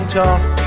talk